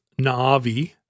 Na'vi